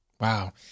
wow